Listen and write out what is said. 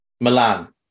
Milan